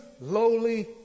lowly